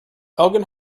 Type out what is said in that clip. elgin